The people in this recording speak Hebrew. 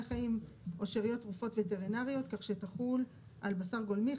חיים או שאריות גופות וטרינריות כך שתכול על בשר גולמי,